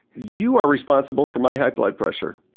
you are responsible for my high blood pressure.